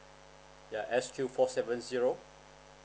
ya S_Q four seven zero